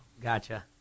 Gotcha